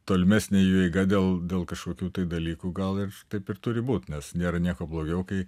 tolimesnė jų eiga dėl dėl kažkokių tai dalykų gal taip ir turi būt nes nėra nieko blogiau kai